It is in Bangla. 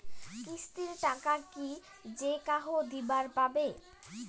কিস্তির টাকা কি যেকাহো দিবার পাবে?